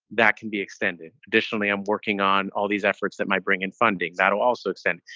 that can be extended. additionally, i'm working on all these efforts that might bring in funding that'll also extend.